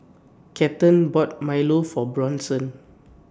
Kathern bought Milo For Bronson